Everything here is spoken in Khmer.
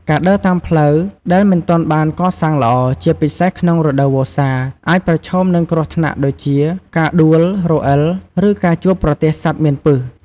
ការដើរតាមផ្លូវដែលមិនទាន់បានកសាងល្អ ជាពិសេសក្នុងរដូវវស្សា អាចប្រឈមនឹងគ្រោះថ្នាក់ដូចជាការដួលរអិល ឬការជួបប្រទះសត្វមានពិស។